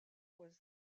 was